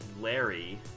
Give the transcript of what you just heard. Larry